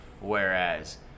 Whereas